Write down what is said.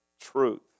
truth